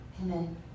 Amen